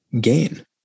gain